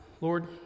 Lord